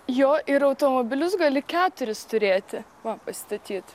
jo ir automobilius gali keturis turėti va pastatyt